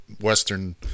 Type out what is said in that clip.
western